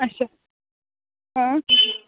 اَچھا